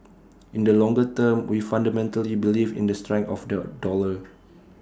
in the longer term we fundamentally believe in the strength of the dollar